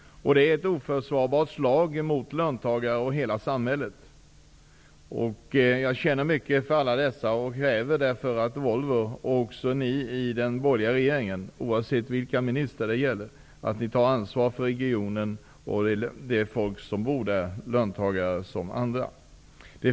Det är ett oförsvarbart slag mot löntagarna och hela samhället. Jag känner mycket för alla dem som drabbas och kräver därför att Volvo och den borgerliga regeringen -- oavsett vilka ministrar det gäller -- tar ansvar för regionen och dess invånare.